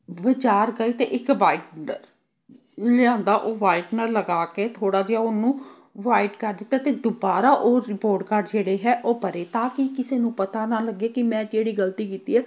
ਵਿਚਾਰ ਕਰੀ ਅਤੇ ਇੱਕ ਵਾਈਟਨਰ ਲਿਆਉਂਦਾ ਉਹ ਵਾਈਟਨਰ ਲਗਾ ਕੇ ਥੋੜ੍ਹਾ ਜਿਹਾ ਉਹਨੂੰ ਵਾਈਟ ਕਰ ਦਿੱਤਾ ਅਤੇ ਦੁਬਾਰਾ ਉਹ ਰਿਪੋਰਟ ਕਾਰਡ ਜਿਹੜੇ ਹੈ ਉਹ ਭਰੇ ਤਾਂ ਕਿ ਕਿਸੇ ਨੂੰ ਪਤਾ ਨਾ ਲੱਗੇ ਕਿ ਮੈਂ ਕਿਹੜੀ ਗਲਤੀ ਕੀਤੀ ਹੈ